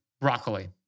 broccoli